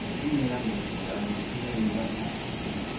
being members here and seeing what your people